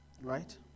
Right